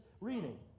reading